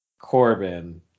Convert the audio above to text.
Corbin